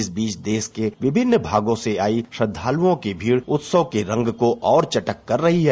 इस बीच देश के विभिन्न भागों से आये श्रद्दालुओं की भीड़ उत्सव के रंग को और चटख कर रही है